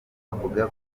avuga